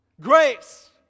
Grace